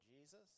Jesus